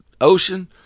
ocean